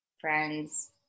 Friends